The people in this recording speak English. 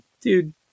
dude